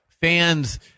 fans